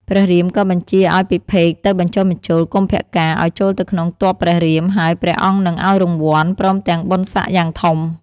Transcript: ព្រះរាមក៏បញ្ជាឱ្យពិភេកទៅបញ្ចុះបញ្ចូលកុម្ពកាណ៍ឱ្យចូលទៅក្នុងទ័ពព្រះរាម ហើយ ព្រះអង្គនឹងឱ្យរង្វាន់ ព្រមទាំងបុណ្យសក្តិយ៉ាងធំ។